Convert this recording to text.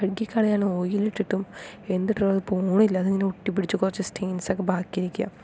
കഴുകി കളയാൻ ഓയിലിട്ടിട്ടും എന്ത് ഇട്ടിട്ടും അത് പോണില്ല അതിങ്ങനെ ഒട്ടിപ്പിടിച്ച് കുറച്ച് സ്റ്റെയിൻസൊക്കെ ബാക്കി നിൽക്കുകയാ